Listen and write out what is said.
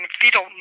fetal